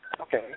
okay